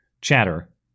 chatter